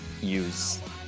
use